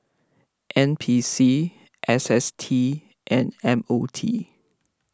N P C S S T and M O T